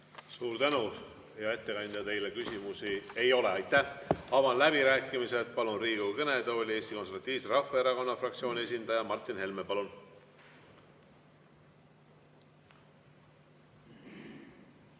Suur tänu, hea ettekandja! Teile küsimusi ei ole. Avan läbirääkimised. Palun Riigikogu kõnetooli Eesti Konservatiivse Rahvaerakonna fraktsiooni esindaja Martin Helme. Palun!